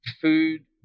food